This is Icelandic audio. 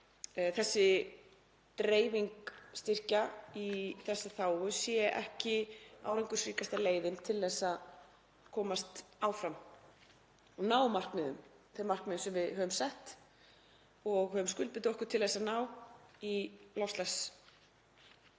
að dreifing styrkja í þessa þágu sé ekki árangursríkasta leiðin til að komast áfram og ná markmiðum, þeim markmiðum sem við höfum sett og höfum skuldbundið okkur til að ná í